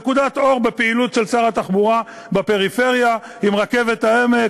נקודת אור בפעילות של שר התחבורה בפריפריה עם רכבת העמק,